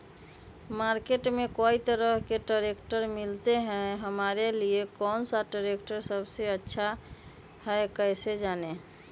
Market में कई तरह के ट्रैक्टर मिलते हैं हमारे लिए कौन सा ट्रैक्टर सबसे अच्छा है कैसे जाने?